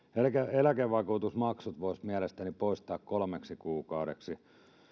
eläkevakuutusmaksut voisi mielestäni poistaa kolmeksi kuukaudeksi